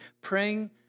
praying